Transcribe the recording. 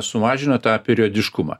sumažina tą periodiškumą